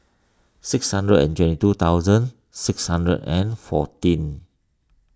six hundred and twenty two thousand six hundred and fourteen